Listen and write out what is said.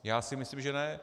Já si myslím, že ne.